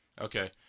Okay